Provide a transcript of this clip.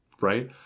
Right